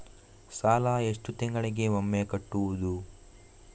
ಸಾಲ ಎಷ್ಟು ತಿಂಗಳಿಗೆ ಒಮ್ಮೆ ಕಟ್ಟುವುದು?